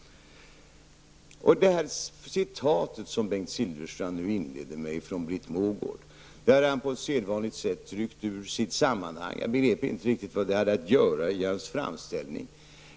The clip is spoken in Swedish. Det citat av Britt Mogård, som Bengt Silfverstrand inledde med, har han som vanligt ryckt ut ur sitt sammanhang. Jag förstod inte riktigt vad det hade att göra i hans framställning.